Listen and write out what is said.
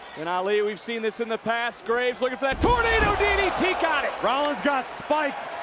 and ali we've seen this in the past graves, looking for that tornado ddt got it. rollins got spiked.